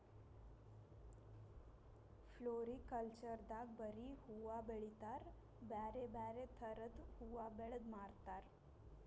floriculture ದಾಗ್ ಬರಿ ಹೂವಾ ಬೆಳಿತಾರ್ ಬ್ಯಾರೆ ಬ್ಯಾರೆ ಥರದ್ ಹೂವಾ ಬೆಳದ್ ಮಾರ್ತಾರ್